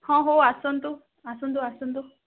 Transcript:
ହଁ ହଉ ଆସନ୍ତୁ ଆସନ୍ତୁ ଆସନ୍ତୁ